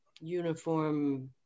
uniform